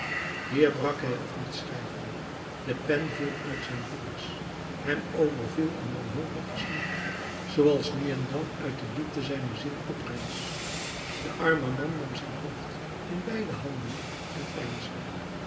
hier brak hij af met schrijven de pen viel uit zijn vingers hem overviel een wanhopig gesnik zooals nu en dan uit de diepte zijner ziel oprees de arme man nam zijn hoofd in beide handen en